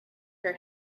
her